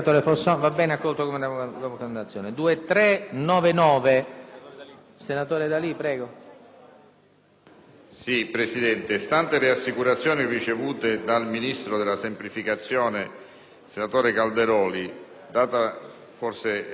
Presidente, stanti le assicurazioni ricevute dal ministro per la semplificazione legislativa, senatore Calderoli, data l’improprieta della sede, per cui il Governo ha espresso parere contrario su questo emendamento, lo ritiro,